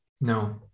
No